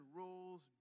rules